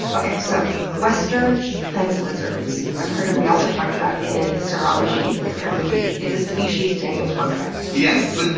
okay, so western fence lizards, a critter we also talked about in saurology with earyn mcgee, is a species daniel's worked with. yes.